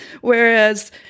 Whereas